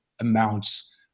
amounts